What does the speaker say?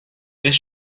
this